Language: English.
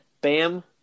Bam